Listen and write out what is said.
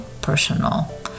personal